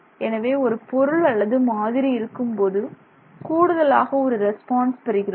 எனவே ஒரு பொருள் அல்லது மாதிரி இருக்கும்போது கூடுதலாக ஒரு ரெஸ்பான்ஸ் பெறுகிறோம்